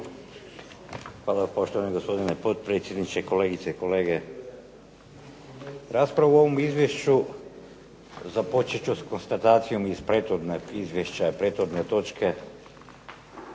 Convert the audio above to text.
Hvala poštovani gospodine potpredsjedniče, kolegice i kolege. Raspravu o ovom izvješću započet ću s konstatacijom iz prethodnog